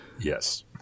Yes